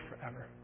forever